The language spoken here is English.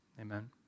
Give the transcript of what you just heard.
amen